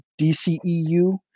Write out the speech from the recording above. DCEU